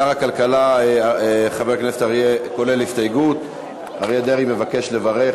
שר הכלכלה אריה דרעי מבקש לברך.